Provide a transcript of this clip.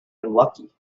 unlucky